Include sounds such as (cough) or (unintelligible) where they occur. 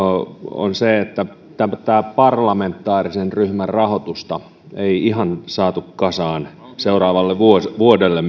on se että tämän parlamentaarisen ryhmän rahoitusta ei ihan saatu kasaan seuraavalle vuodelle vuodelle (unintelligible)